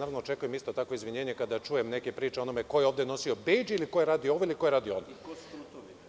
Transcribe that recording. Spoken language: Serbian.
Očekujem isto takvo izvinjenje kada čujem neke priče o onome ko je ovde nosio bedž i ko je radio i ko nije radio